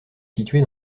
située